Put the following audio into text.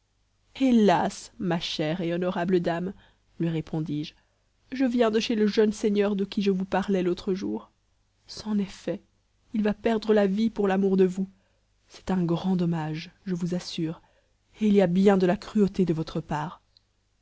hélas ma chère et honorable dame lui répondis-je je viens de chez le jeune seigneur de qui je vous parlais l'autre jour c'en est fait il va perdre la vie pour l'amour de vous c'est un grand dommage je vous assure et il y a bien de la cruauté de votre part